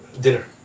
Dinner